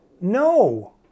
No